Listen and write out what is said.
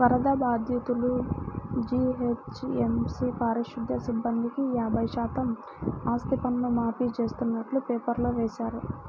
వరద బాధితులు, జీహెచ్ఎంసీ పారిశుధ్య సిబ్బందికి యాభై శాతం ఆస్తిపన్ను మాఫీ చేస్తున్నట్టు పేపర్లో వేశారు